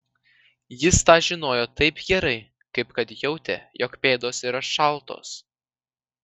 jis tą žinojo taip gerai kaip kad jautė jog pėdos yra šaltos